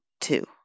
Two